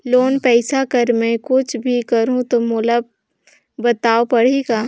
Loan पइसा कर मै कुछ भी करहु तो मोला बताव पड़ही का?